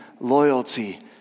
Loyalty